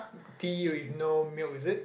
tea with no milk is it